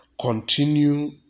continue